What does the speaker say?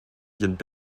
viennent